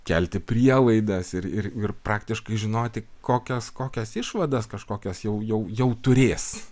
kelti prielaidas ir ir praktiškai žinoti kokias kokias išvadas kažkokias jau jau turės